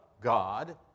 God